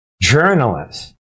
Journalists